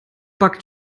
backt